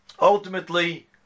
ultimately